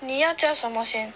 你要叫什么先